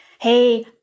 Hey